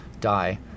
die